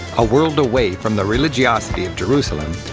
a world away from the religiosity of jerusalem,